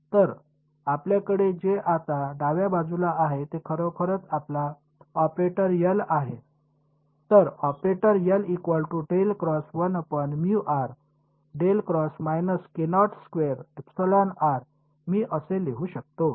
तर आपल्याकडे जे आता डाव्या बाजूला आहे ते खरोखर आपला ऑपरेटर एल आहे तर ऑपरेटर मी हे असे लिहू शकतो